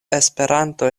esperanto